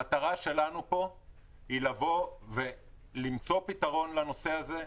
המטרה שלנו פה היא למצוא פתרון לנושא הזה.